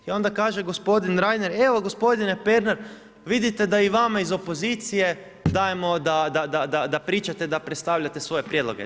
I onda kaže gospodin Reiner, evo gospodine Pernar, vidite da i vama iz opozicije dajemo da pričate, da predstavljate svoje prijedloge.